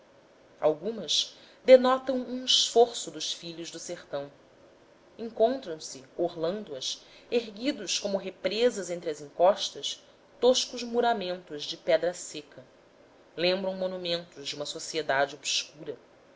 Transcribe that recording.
algumas denotam um esforço dos filhos do sertão encontram-se orlando as erguidos como represas entre as encostas toscos muramentos de pedra seca lembram monumentos de uma sociedade obscura